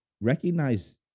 recognize